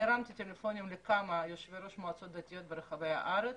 אני הרמתי טלפונים לכמה יושבי-ראש מועצות דתיות ברחבי הארץ